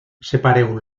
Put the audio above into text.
separeu